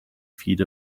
feed